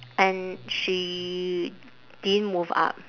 and she didn't move up